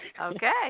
Okay